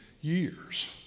years